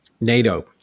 NATO